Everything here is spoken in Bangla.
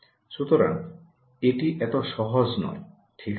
সুতরাং এটি এত সহজ নয় ঠিক আছে